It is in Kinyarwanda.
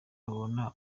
mubona